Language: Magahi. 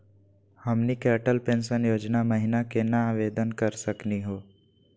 हमनी के अटल पेंसन योजना महिना केना आवेदन करे सकनी हो?